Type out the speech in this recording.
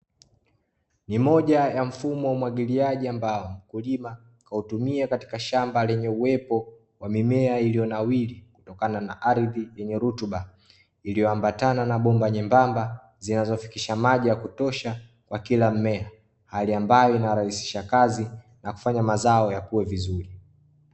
Ni moja ya mfumo wa umwagiliaji ambao mkulima kautumia katika shamba lenye uwepo wa mimea iliyo nawiri kutokana na ardhi yenye rutuba, iliyoambatana na bomba nyembamba zinazofikisha maji ya kutosha kwa kila mmea. Hali ambayo inarahisisha kazi na kufanya mazao ya kuwe vizuri.